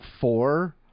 four